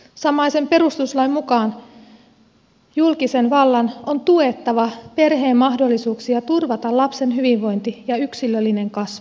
samaisen perustuslain mukaan julkisen vallan on tuettava perheen mahdollisuuksia turvata lapsen hyvinvointi ja yksilöllinen kasvu